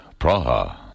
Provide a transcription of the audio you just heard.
Praha